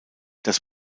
das